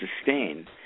sustain